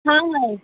हा हा आहे